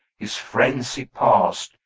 his frenzy passed,